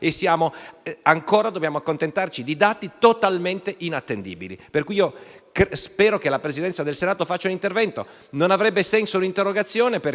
ancora dobbiamo accontentarci di dati totalmente inattendibili. Spero che la Presidenza del Senato faccia un intervento. Non avrebbe senso un'interrogazione perché,